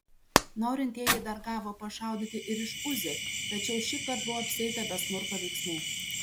norintieji dar gavo pašaudyti ir iš uzi tačiau šįkart buvo apsieita be smurto veiksmų